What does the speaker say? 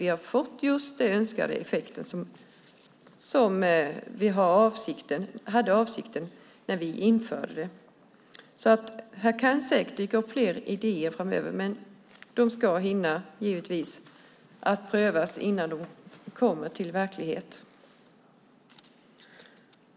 Vi har sett att de har haft den effekt som var avsikten när vi införde detta. Det kan säkert dyka upp fler idéer framöver, men de ska givetvis prövas innan de blir verklighet.